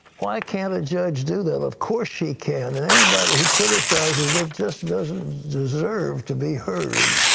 why can't a judge do that? of course she can. and anybody who criticizes it just doesn't deserve to be heard.